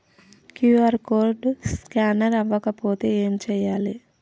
QR code scanner అవ్వకపోతే ఏం చేయాలి?